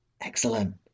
Excellent